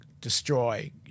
destroy